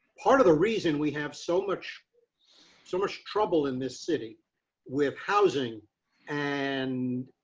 part of the reason we have so much so much trouble in this city with housing and